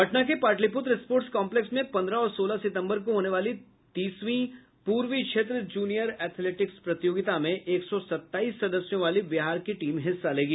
पटना के Pataliputra sports complex में पन्द्रह और सोलह सितंबर को होने वाली तीसवीं पूर्वी क्षेत्र जूनियर एथलेटिक्स प्रतियोगता में एक सौ सत्ताईस सदस्यों वाली बिहार की टीम हिस्सा लेगी